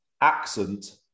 accent